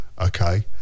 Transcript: okay